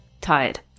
Tired